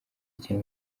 ikina